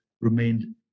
remained